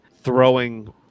throwing